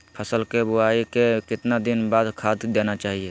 फसल के बोआई के कितना दिन बाद खाद देना चाइए?